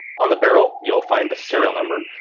on the barrel you'll find the serial number,